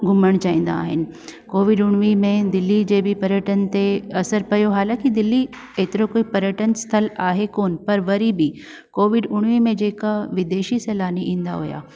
घुमणु चाहींदा आहिनि कोविड उणिवीह में दिल्ली जे बि पर्यटन ते असरु पियो हालाकी दिल्ले एतिरो कोई पर्यटन स्थल आहे कोनि पर वरी बि कोविड उणिवीह में जेका विदेशी सेलानी ईंदा हुआ